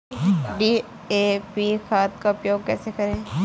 DAP खाद का उपयोग कैसे करें?